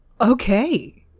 Okay